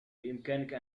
بإمكانك